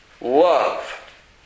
love